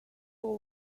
all